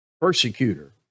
persecutor